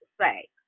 say